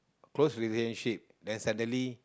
close relationship then suddenly